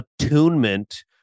attunement